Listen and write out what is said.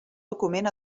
document